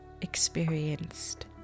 experienced